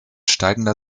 steigender